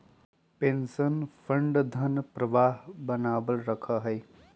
pension fund धन प्रवाह बनावल रखा हई